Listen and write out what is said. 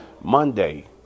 Monday